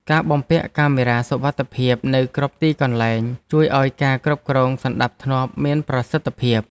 ការបំពាក់កាមេរ៉ាសុវត្ថិភាពនៅគ្រប់ទីកន្លែងជួយឱ្យការគ្រប់គ្រងសណ្តាប់ធ្នាប់មានប្រសិទ្ធភាព។